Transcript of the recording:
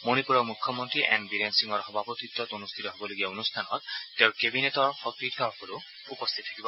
মণিপূৰৰ মূখ্যমন্তী এন বীৰেন সিঙৰ সভাপতিত্বত অনুষ্ঠিত হ'বলগীয়া অনুষ্ঠান তেওঁৰ কেবিনেটৰ সতীৰ্থসকলো উপস্থিত থাকিব